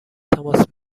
تماس